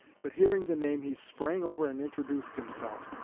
but hearing the name he sprang over and introduced himself.